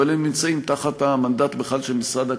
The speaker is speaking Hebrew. אבל הם נמצאים בכלל תחת המנדט של משרד הכלכלה,